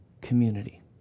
community